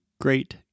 great